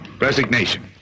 Resignation